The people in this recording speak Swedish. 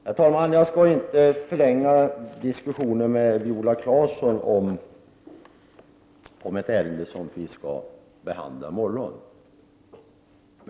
Herr talman! Jag skall inte förlänga diskussionen med Viola Claesson om ett ärende som skall behandlas i morgon.